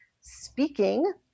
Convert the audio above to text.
speaking